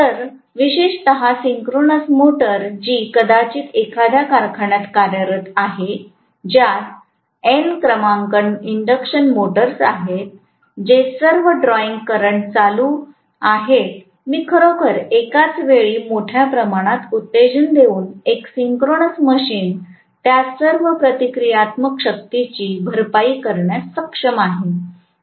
तर विशेषत synchronous motor जी कदाचित एखाद्या कारखान्यात कार्यरत आहे ज्यात एन क्रमांकन इंडक्शन मोटर्स आहेत जे सर्व ड्रॉइंग करंट चालू आहेत मी खरोखर एकाच वेळी मोठ्या प्रमाणात उत्तेजन देऊन एक सिंक्रोनस मशीन त्या सर्व प्रतिक्रियात्मक शक्तीची भरपाई करण्यास सक्षम आहे